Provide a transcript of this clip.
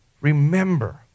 remember